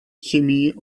chemie